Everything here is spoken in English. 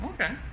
Okay